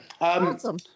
Awesome